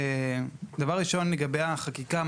לגבי החקיקה,